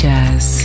Jazz